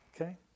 Okay